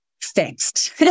fixed